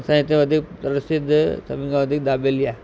असांजे हिते वधीक प्रसिध्द सभिनि खां वधीक दाबेली आहे